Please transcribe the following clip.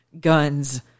guns